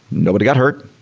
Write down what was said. nobody got hurt.